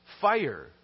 fire